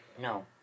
no